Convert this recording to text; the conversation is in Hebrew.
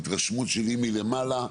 ההתרשמות שלי מלמעלה,